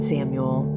Samuel